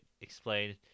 explain